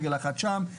רגל אחת שם,